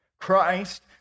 Christ